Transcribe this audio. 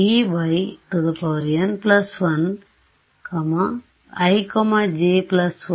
E yn1 ij1 2